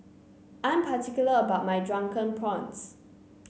I'm particular about my Drunken Prawns